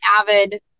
avid